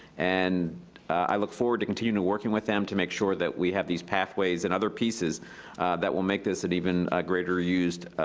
and i look forward to continuing to work and with them to make sure that we have these pathways and other pieces that will make this an even greater-used